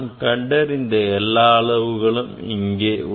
நாம் கண்டறிந்த எல்லா அளவுகளும் இங்கே உள்ளன